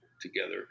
together